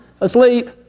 asleep